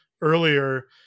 earlier